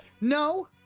No